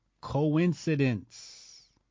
coincidence